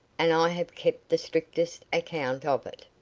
and i have kept the strictest account of it.